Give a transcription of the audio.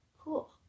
Cool